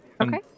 Okay